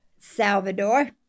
Salvador